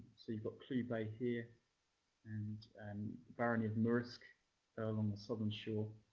so you've got clew bay here and um barony of murrisk along the southern shore.